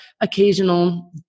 occasional